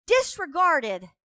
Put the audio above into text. disregarded